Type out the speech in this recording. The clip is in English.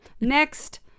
Next